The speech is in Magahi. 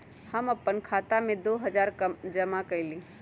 हम अपन खाता में दो हजार जमा कइली